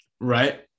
Right